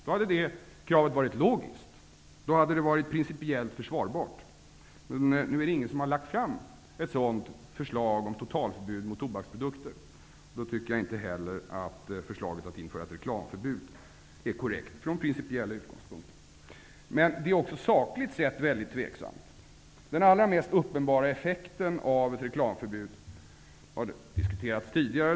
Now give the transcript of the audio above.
Då hade det kravet varit logiskt, och då hade det varit principiellt försvarbart. Nu är det emellertid ingen som har lagt fram ett sådant förslag om totalförbud mot tobaksprodukter, och då tycker jag, från principiella utgångspunkter, inte heller att förslaget att införa ett reklamförbud är korrekt. Förslaget är också sakligt sett väldigt tvivelaktigt. Den allra mest uppenbara effekten av ett reklamförbud har diskuterats tidigare.